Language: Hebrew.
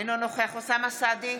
אינו נוכח אוסאמה סעדי,